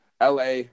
LA